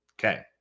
Okay